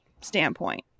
standpoint